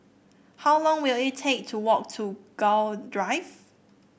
how long will it take to walk to Gul Drive